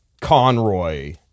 Conroy